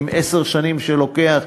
עם עשר שנים שלוקח,